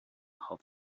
off